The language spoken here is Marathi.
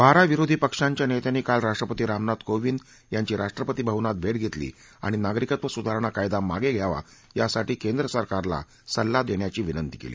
बारा विरोधी पक्षांच्या नेत्यांनी काल राष्ट्रपती रामनाथ कोविंद यांची राष्ट्रपती भवनात भेट घेतली आणि नागरिकत्व सुधारणा कायदा मागे घ्यावा यासाठी केंद्र सरकारला सल्ला देण्याची त्यांनी विनंती केली